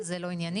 זה לא ענייני.